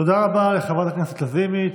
תודה רבה לחברת הכנסת לזימי.